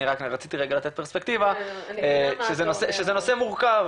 אני רק רציתי רגע לתת פרספקטיבה שזה נושא מורכב.